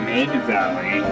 Mid-Valley